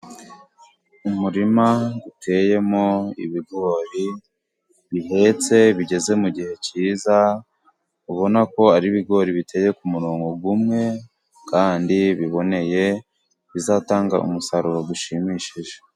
Umurima uteyemo ibigori bihetse bigeze mu gihe cyiza, ubona ko ari ibigori biteye ku murongo umwe kandi biboneye bizatanga umusaruro ushimishije.